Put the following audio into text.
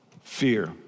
fear